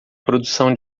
produção